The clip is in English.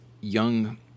young